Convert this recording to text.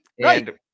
Right